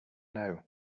know